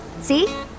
See